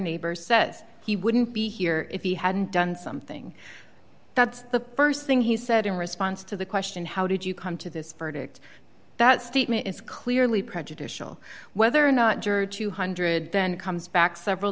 neighbor says he wouldn't be here if he hadn't done something that's the st thing he said in response to the question how did you come to this verdict that statement is clearly prejudicial whether or not juror two hundred then comes back several